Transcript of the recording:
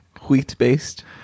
Wheat-based